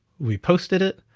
we posted it,